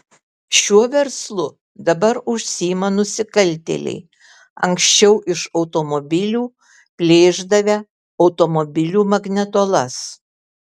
šiuo verslu dabar užsiima nusikaltėliai anksčiau iš automobilių plėšdavę automobilių magnetolas